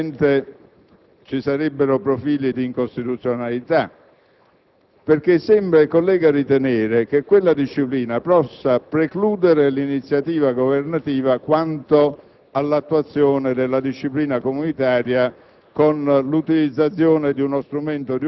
che mi ha preceduto sicuramente ci sarebbero profili di incostituzionalità. Infatti, il collega sembra ritenere che quella disciplina possa precludere l'iniziativa governativa di attuare la disciplina comunitaria